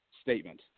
statement